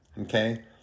Okay